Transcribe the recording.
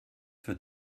wird